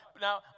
Now